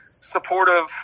supportive